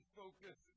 focus